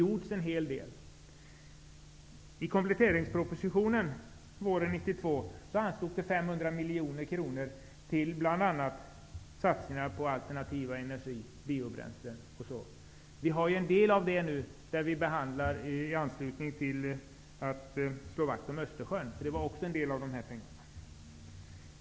Men en hel del har faktiskt gjorts i detta sammanhang. 500 miljoner kronor bl.a. till satsningar på alternativ energi, biobränslen osv. Vissa frågor tas upp i anslutning till behandlingen av frågan om att slå vakt om Östersjön. En del av nämnda anslag kommer i fråga här.